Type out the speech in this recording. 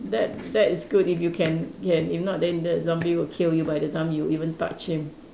that that is good if you can can then if not then the zombie would kill you by the time you even touch him